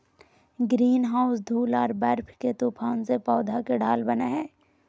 greenhouse धूल आर बर्फ के तूफान से पौध के ढाल बनय हइ